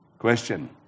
Question